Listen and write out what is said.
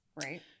Right